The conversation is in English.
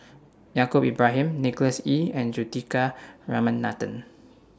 Yaacob Ibrahim Nicholas Ee and Juthika Ramanathan